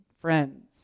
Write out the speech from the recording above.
friends